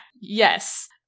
Yes